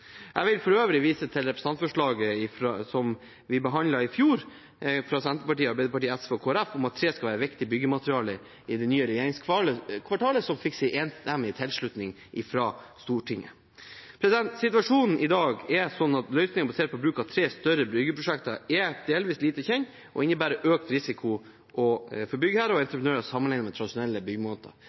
Jeg vil for øvrig vise til representantforslaget fra Arbeiderpartiet, Senterpartiet, SV og Kristelig Folkeparti som vi behandlet i fjor, om at tre skal være et viktig byggemateriale i det nye regjeringskvartalet, som fikk enstemmig tilslutning i Stortinget. Situasjonen i dag er at løsninger basert på bruk av tre i større byggeprosjekter er delvis lite kjent og innebærer en økt risiko for byggherre og entreprenører sammenlignet med tradisjonelle